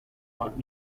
want